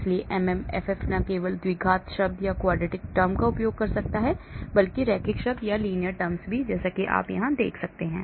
इसलिए MMFF न केवल द्विघात शब्द का उपयोग करता है बल्कि रैखिक शब्द भी जैसा कि आप यहाँ देख सकते हैं